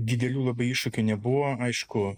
didelių labai iššūkių nebuvo aišku